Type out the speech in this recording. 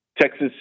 Texas